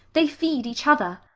they feed each other.